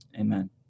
Amen